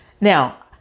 Now